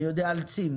אני יודע על צים.